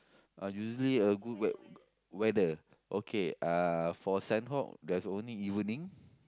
uh usually a good wea~ weather okay uh for Sanhok there's only evening